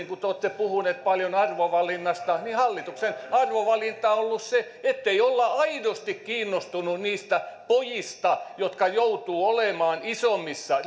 kun te olette puhuneet paljon arvovalinnoista niin myöskin se on ollut hallituksen arvovalinta ettei olla aidosti kiinnostuneita niistä pojista jotka joutuvat olemaan isommissa